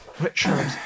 Richard